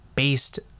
based